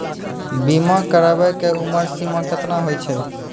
बीमा कराबै के उमर सीमा केतना होय छै?